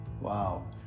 Wow